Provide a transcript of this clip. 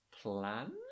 plan